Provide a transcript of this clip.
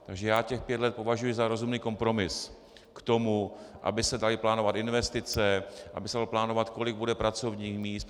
Takže já těch pět let považuji za rozumný kompromis k tomu, aby se daly plánovat investice, aby se dalo plánovat, kolik bude pracovních míst.